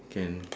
can